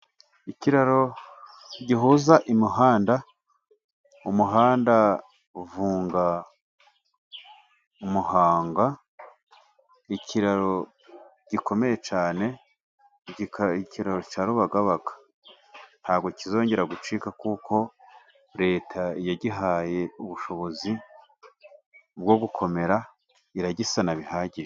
Ikiraro gihuza i imihanda umuhanda u Vunga, Muhanga, ikiraro gikomeye cyane, ikiraro cya Rubagabaga, ntabwo kizongera gucika, kuko Leta yagihaye ubushobozi bwo gukomera, iragisana bihagije.